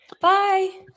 Bye